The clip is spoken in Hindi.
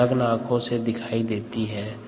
जो नग्न आँखों से दिखाई देती हैं